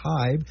hive